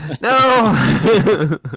No